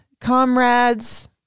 comrades